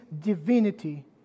divinity